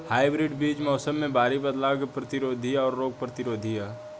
hybrid बीज मौसम में भारी बदलाव के प्रतिरोधी और रोग प्रतिरोधी ह